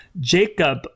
Jacob